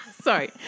Sorry